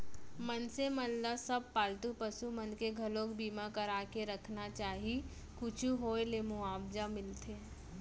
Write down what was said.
मनसे मन ल सब पालतू पसु मन के घलोक बीमा करा के रखना चाही कुछु होय ले मुवाजा मिलथे